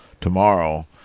tomorrow